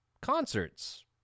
concerts